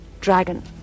dragon